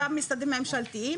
גם משרדים ממשלתיים.